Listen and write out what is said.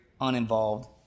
uninvolved